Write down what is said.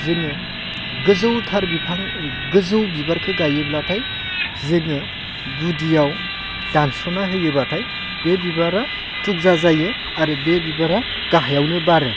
जिनो गोजौथार बिफां गोजौ बिबारखौ गायोब्लाथाय जोङो गुदियाव दानसना होयोबाथाय बे बिबारा थुबजा जायो आरो बे बिबारा गाहायावनो बारो